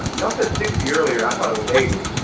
y'all said sixty earlier, i thought it was eighty,